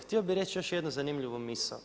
Htio bih reći još jednu zanimljivu misao.